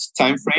timeframe